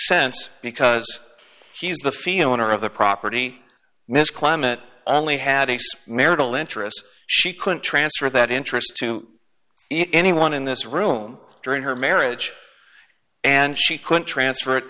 sense because he has the feeling or of the property in this climate only had a marital interest she couldn't transfer that interest to anyone in this room during her marriage and she couldn't transfer it